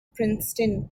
princeton